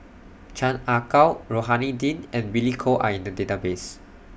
Chan Ah Kow Rohani Din and Billy Koh Are in The Database